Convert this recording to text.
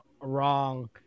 wrong